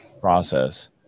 process